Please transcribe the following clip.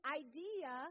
idea